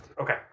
Okay